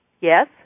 Yes